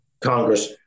Congress